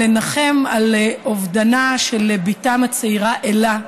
לנחם על אובדנה של בתם הצעירה אלה.